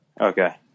Okay